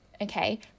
Okay